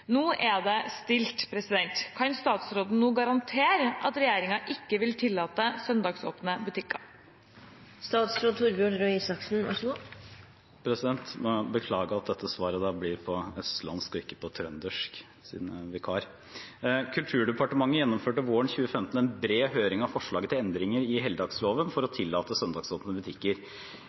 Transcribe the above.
Nå er det stille. Kan statsråden nå garantere at hun ikke vil tillate søndagsåpne butikker?» Jeg må beklage at dette svaret blir på østlandsk og ikke på trøndersk, siden jeg er vikar. Kulturdepartementet gjennomførte våren 2015 en bred høring om forslaget til endringer i helligdagsloven for å tillate søndagsåpne butikker.